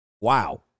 Wow